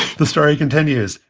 the story continues.